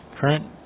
Current